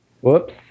Whoops